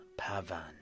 Pavan